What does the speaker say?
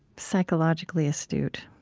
psychologically astute